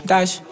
Dash